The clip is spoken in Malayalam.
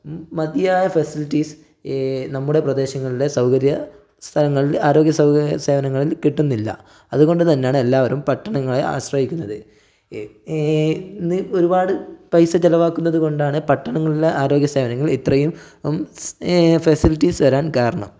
മതിയായ ഫെസിലിറ്റീസ് നമ്മുടെ പ്രദേശങ്ങളിലെ സൗകര്യ സ്ഥലങ്ങളിൽ ആരോഗ്യ സേവനങ്ങളിൽ കിട്ടുന്നില്ല അതുകൊണ്ട് തന്നെയാണ് എല്ലാവരും പട്ടണങ്ങളെ ആശ്രയിക്കുന്നത് ഇന്ന് ഒരുപാട് പൈസ ചിലവാക്കുന്നതുകൊണ്ടാണ് പട്ടണങ്ങളിലെ ആരോഗ്യ സേവനങ്ങൾ ഇത്രയും ഫെസിലിറ്റീസ് വരാൻ കാരണം